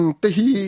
tehi